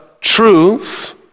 truth